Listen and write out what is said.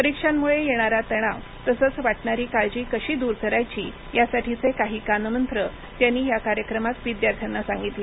परीक्षांमुळे येणारा तणाव तसंच वाटणारी काळजी कशी दूर करायची यासाठीचे काही कानमंत्र त्यांनी या कार्यक्रमात विद्यार्थ्यांना सांगितले